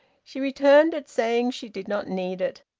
she returned it, saying she did not need it.